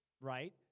right